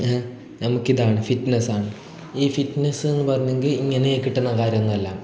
നമുക്കിതാണ് ഫിറ്റ്നെസ്സാണ് ഈ ഫിറ്റ്നസ്സെന്ന് പറഞ്ഞെങ്കിൽ ഇങ്ങനെ കിട്ടുന്ന കാര്യമോന്നല്ല